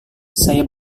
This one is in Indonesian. saya